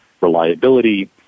reliability